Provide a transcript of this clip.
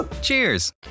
Cheers